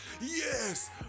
Yes